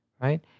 right